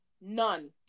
None